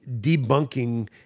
debunking